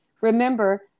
Remember